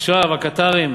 עכשיו הקטארים